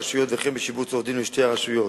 הרשויות וכן בשיבוץ העובדים לשתי הרשויות.